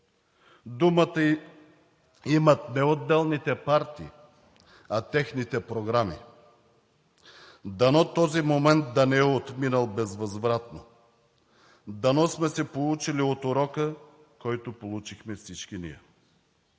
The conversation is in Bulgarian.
Думата имат не отделните партии, а техните програми. Дано този момент да не е отминал безвъзвратно, дано сме се поучили от урока, който получихме всички ние.